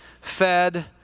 fed